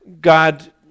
God